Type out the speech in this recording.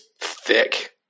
thick